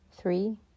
Three